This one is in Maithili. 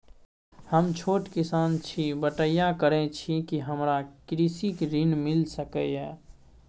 हम छोट किसान छी, बटईया करे छी कि हमरा कृषि ऋण मिल सके या?